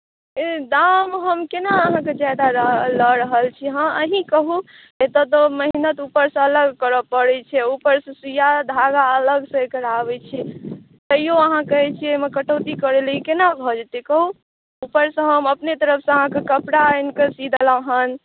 लेकिन दाम हम केना अहाँके ज्यादा लऽ रहल छियै अहाँ अहीँ कहू ताहि परसँ मेहनति ऊपरसँ अलग करय पड़ैत छै ऊपरसँ सुइया धागा अलगसँ एकर आबैत छै तैयो अहाँ कहैत छियै एहिमे कटौती करय लेल ई केना भऽ जेतै कहू ऊपरसँ हम अपने तरफसँ अहाँकेँ कपड़ा आनिके सी देलहुँ हेँ